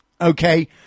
okay